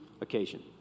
occasion